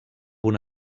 una